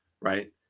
Right